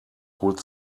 holt